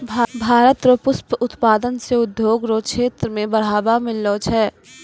भारत रो पुष्प उत्पादन से उद्योग रो क्षेत्र मे बढ़ावा मिललो छै